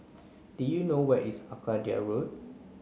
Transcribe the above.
do you know where is Arcadia Road